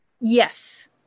Yes